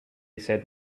said